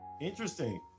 Interesting